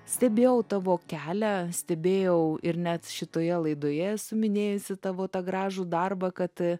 stebėjau tavo kelią stebėjau ir net šitoje laidoje esu minėjusi tavo tą gražų darbą kad